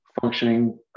functioning